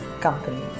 company